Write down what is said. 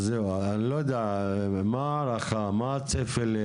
אז זהו אני לא יודע, מה ההערכה, מה הצפי?